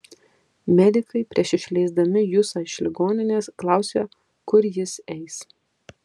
medikai prieš išleisdami jusą iš ligoninės klausė kur jis eis